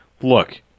look